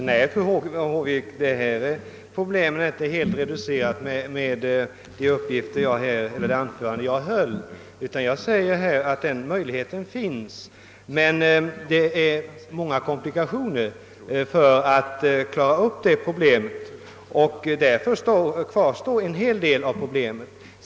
Herr talman! Nej, fru Håvik, detta problem är inte reducerat med det anförande jag höll. Jag säger att denna möjlighet finns men det är många komplikationer och därför kvarstår en väsentlig del av problemet.